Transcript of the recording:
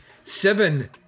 Seven